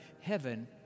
Heaven